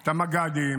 את המג"דים,